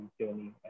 journey